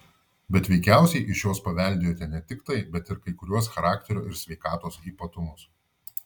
bet veikiausiai iš jos paveldėjote ne tik tai bet ir kai kuriuos charakterio ir sveikatos ypatumus